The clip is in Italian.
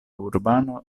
urbano